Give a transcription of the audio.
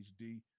hd